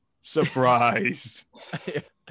Surprise